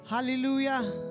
Hallelujah